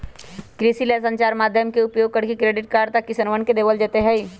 कृषि ला संचार माध्यम के उपयोग करके क्रेडिट कार्ड तक किसनवन के देवल जयते हई